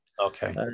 Okay